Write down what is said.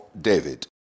David